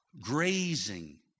grazing